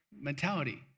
mentality